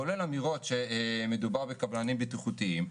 כולל אמירות שמדובר בקבלנים בטיחותיים.